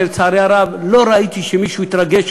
ולצערי הרב לא ראיתי שמישהו התרגש,